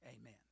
Amen